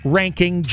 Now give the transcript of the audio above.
ranking